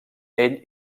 ell